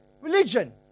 religion